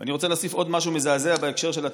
ואני רוצה להוסיף עוד משהו מזעזע בהקשר של הטרמינולוגיה.